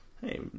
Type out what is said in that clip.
Hey